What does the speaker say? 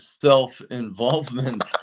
self-involvement